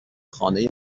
خانه